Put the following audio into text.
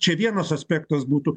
čia vienas aspektas būtų